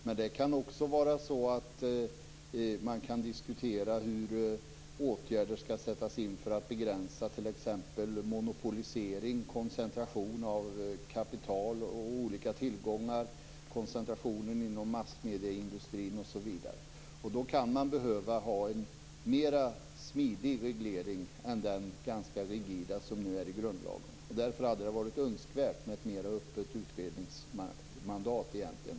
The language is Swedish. Men det kan också vara så att man kan diskutera hur åtgärder skall sättas in för att begränsa t.ex. monopolisering, koncentration av kapital och olika tillgångar, koncentration inom massmedieindustrin osv. Då kan man behöva ha en mer smidig reglering än den ganska rigida som nu finns i grundlagen. Därför hade det egentligen varit önskvärt med ett mer öppet utredningsmandat.